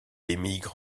émigre